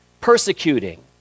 persecuting